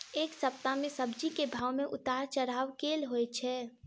एक सप्ताह मे सब्जी केँ भाव मे उतार चढ़ाब केल होइ छै?